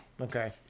Okay